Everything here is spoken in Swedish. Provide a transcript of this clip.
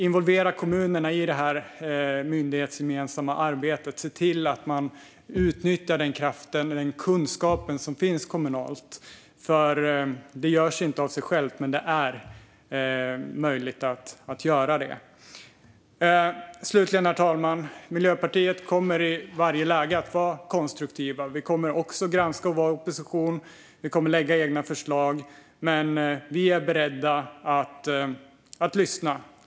Involvera kommunerna i det myndighetsgemensamma arbetet, och se till att man utnyttjar den kraft och den kunskap som finns kommunalt! Detta görs inte av sig självt, men det är möjligt att göra. Miljöpartiet kommer i varje läge att vara konstruktivt. Vi kommer också att granska och vara i opposition. Vi kommer att lägga fram egna förslag. Men vi är beredda att lyssna.